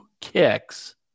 kicks